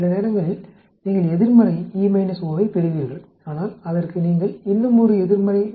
சில நேரங்களில் நீங்கள் எதிர்மறை E O யைப் பெறுவீர்கள் ஆனால் அதற்கு நீங்கள் இன்னுமொரு எதிர்மறை 0